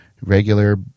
regular